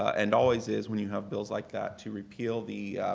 and always is when you have bills like that, to repeal the